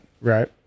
Right